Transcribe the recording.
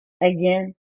again